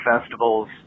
festivals